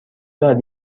دارد